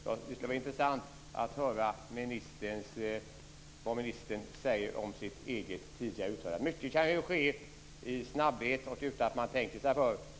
Det skulle vara intressant att höra vad ministern säger om sitt eget tidigare uttalande. Mycket kan ske i snabbhet och utan att man tänker sig för.